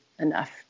enough